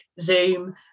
Zoom